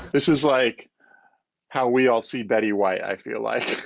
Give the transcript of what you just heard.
this is like how we all see betty white i feel like.